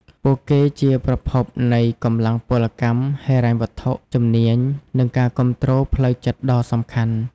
ពួកគេជាប្រភពនៃកម្លាំងពលកម្ម ហិរញ្ញវត្ថុ ជំនាញ និងការគាំទ្រផ្លូវចិត្តដ៏សំខាន់។